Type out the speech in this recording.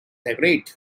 agreed